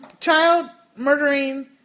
child-murdering